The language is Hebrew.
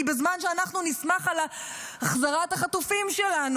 כי בזמן שאנחנו נשמח על החזרת החטופים שלנו